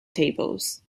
tables